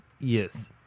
yes